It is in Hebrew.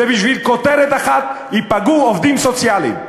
ובשביל כותרת אחת ייפגעו עובדים סוציאליים,